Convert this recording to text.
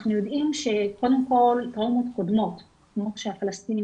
אנחנו יודעים שקודם כל טראומות קודמות כמו שהפלסטינים